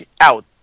out